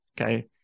Okay